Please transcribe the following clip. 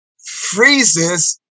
freezes